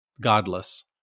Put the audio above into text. godless